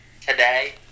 today